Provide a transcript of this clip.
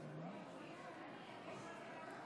חברי הכנסת,